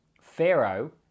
Pharaoh